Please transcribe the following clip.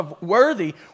worthy